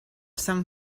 sant